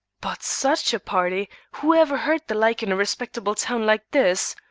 but such a party! who ever heard the like in a respectable town like this!